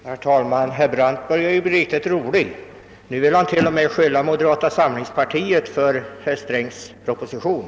Herr talman! Herr Brandt börjar bli riktigt rolig. Nu vill han t.o.m. ge moderata samlingspartiet skulden för herr Strängs proposition.